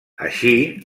així